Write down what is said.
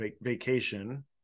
vacation